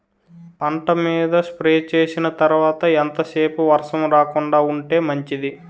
పంట మీద స్ప్రే చేసిన తర్వాత ఎంత సేపు వర్షం రాకుండ ఉంటే మంచిది?